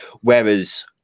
Whereas